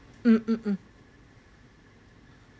mm mm mm